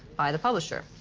by the publisher.